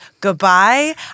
goodbye